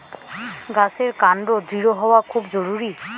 গাছের কান্ড দৃঢ় হওয়া খুব জরুরি